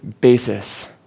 basis